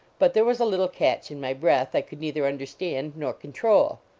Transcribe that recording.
but there was a little catch in my breath i could neither understand nor control.